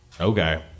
Okay